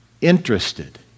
interested